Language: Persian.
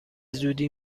زودی